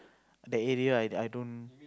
that area I I don't